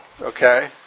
okay